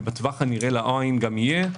ובטווח הנראה לעין גם יהיה,